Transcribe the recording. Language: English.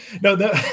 No